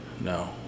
No